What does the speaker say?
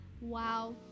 wow